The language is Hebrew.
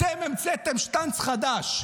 אתם המצאתם שטנץ חדש.